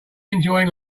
enjoying